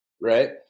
right